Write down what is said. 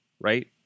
right